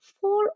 four